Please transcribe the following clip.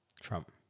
Trump